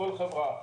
כל חברה,